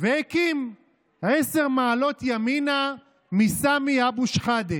והקים עשר מעלות ימינה מסמי אבו שחאדה.